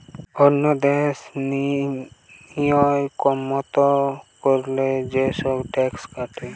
ওন্য দেশে লিয়ম মত কোরে যে সব ট্যাক্স কাটে